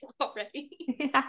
already